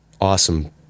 awesome